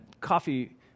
coffee